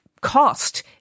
cost